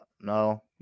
No